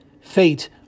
fate